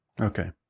Okay